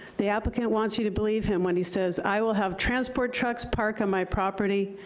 the applicant wants you to believe him when he says i will have transport trucks park on my property,